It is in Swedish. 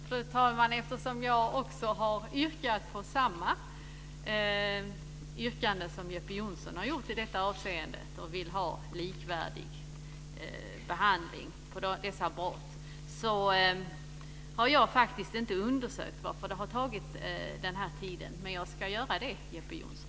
Fru talman! Eftersom jag har gjort samma yrkande som Jeppe Johnsson i detta avseende och vill ha en likvärdig behandling av dessa brott har jag faktiskt inte undersökt varför det har tagit den här tiden, men jag ska göra det Jeppe Johnsson.